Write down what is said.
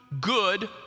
good